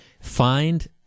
find